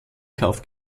kauf